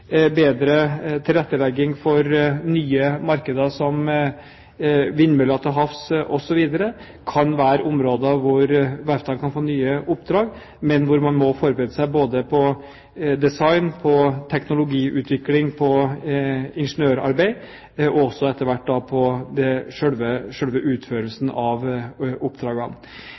bedre bruk av energi, bedre tilrettelegging for nye markeder som vindmøller til havs osv. kan være områder hvor verftene kan få nye oppdrag, men hvor man må forberede seg når det gjelder både design, teknologiutvikling, ingeniørarbeid og etter hvert selve utførelsen av oppdragene.